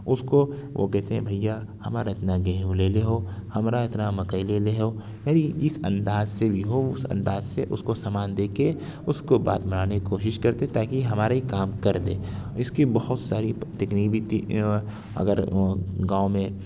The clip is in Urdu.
اس کو وہ کہتے ہیں بھیا ہمارا اتنا گہیوں لے لیہو ہمرا اتنا مکئی لے لیہو یعنی جس انداز سے بھی ہو اس انداز سے اس کو سامان دے کے اس کو بات منانے کی کوشش کرتے ہیں تاکہ یہ ہمارا یہ کام کردے اس کی بہت ساری کتنی بھی اگر گاؤں میں